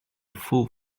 full